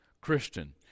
Christian